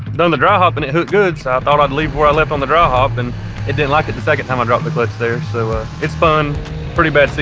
done the dry hop and it hooked good, so i thought i'd leave where i left on the dry hop, and it didn't like it the second time i dropped the clutch there, so ah it spun pretty bad.